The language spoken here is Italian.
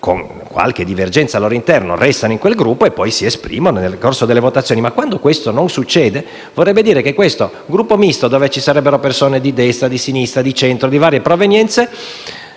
con qualche divergenza al loro interno, restino nel Gruppo e si esprimano nel corso delle votazioni. Ma quando questo non succede, però, vorrebbe dire che questo Gruppo Misto, dove ci sarebbero persone di destra, di sinistra, di centro, provenienti